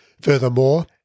Furthermore